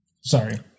Sorry